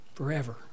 Forever